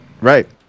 Right